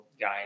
guy